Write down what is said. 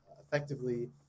Effectively